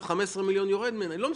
להוריד לה 15 מיליון - לא מסוגל.